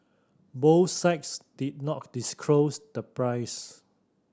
both sides did not disclose the price